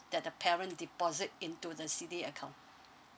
that the parent deposit into the C_D_A account